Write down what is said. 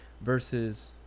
versus